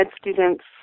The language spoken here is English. students